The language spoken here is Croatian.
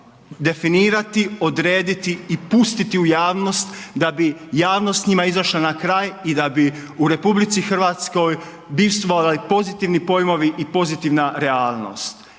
definirati, odrediti i pustiti u javnost da bi javnost njima izašla na kraj i da bi u RH bivstvovali pozitivni pojmovi i pozitivna realnost.